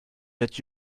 that